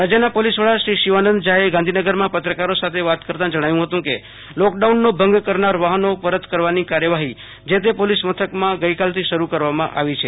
રાજયના પોલિસ વડાશ્રી શિવાનંદ ઝા એ ગાંધીનગરમાં પત્રકારો સાથે વાત કરતાં જણાવ્યું હતું કે લોક ડાઉનનો ભગ કરનાર વાહનો પરત કરવાની કાર્યવાહી જે તે પોલિસ મથકમાં ગઈકાલથી શરૂ કરવામાં આવી છે